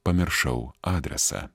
pamiršau adresą